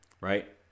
right